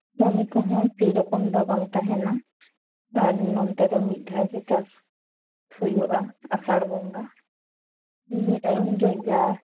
ᱠᱟᱹᱢᱤ ᱠᱚᱦᱚᱸ ᱥᱮ ᱨᱚᱠᱚᱢ ᱫᱚ ᱵᱟᱝ ᱛᱟᱦᱮᱸᱱᱟ ᱟᱨ ᱱᱚᱛᱮ ᱫᱚ ᱢᱤᱫ ᱫᱷᱟᱣ ᱜᱮ ᱪᱟᱥ ᱦᱩᱭᱩᱜᱼᱟ ᱟᱥᱟᱲ ᱵᱚᱸᱜᱟ ᱤᱱᱟᱹ ᱴᱟᱭᱤᱢ ᱜᱮ ᱡᱟ